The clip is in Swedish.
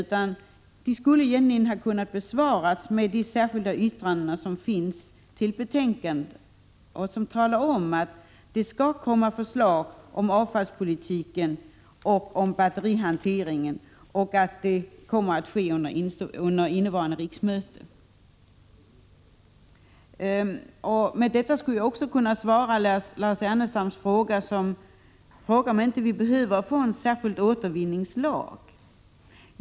Egentligen skulle de kunna besvaras med de särskilda yttranden som fogats till betänkandet. Där talas det om att det under innevarande riksmöte kommer förslag om avfallspolitiken och om batterihanteringen. På samma sätt skulle man också kunna besvara Lars Ernestams fråga. Han frågade om vi inte behöver en särskild återvinningslag.